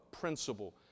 principle